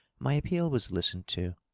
my appeal was listened to,